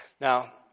Now